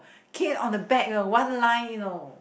cane on the back you know one line you know